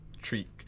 treat